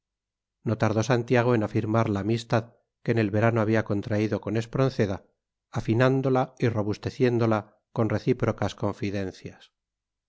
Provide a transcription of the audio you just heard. no tardó santiago en afirmar la amistad que en el verano había contraído con espronceda afinándola y robusteciéndola con recíprocas confidencias